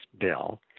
bill